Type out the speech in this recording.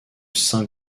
saint